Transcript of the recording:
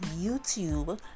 youtube